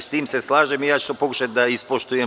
S tim se slažem i to ću pokušati da ispoštujem.